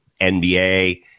NBA